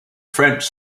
french